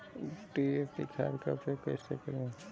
DAP खाद का उपयोग कैसे करें?